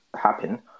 happen